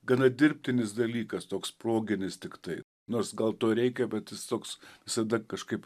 gana dirbtinis dalykas toks proginis tiktai nors gal to reikia bet jis toks visada kažkaip